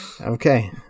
Okay